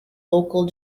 local